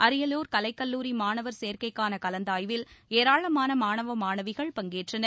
அரியலூர் கலைக்கல்லூரி மாணவர் சேர்க்கைகான கலந்தாய்வில் ஏராளமான மாணவ மாணவிகள் பங்கேற்றனர்